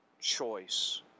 choice